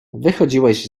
wychodziłeś